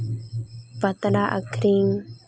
ᱯᱟᱛᱲᱟ ᱟᱠᱷᱨᱤᱧ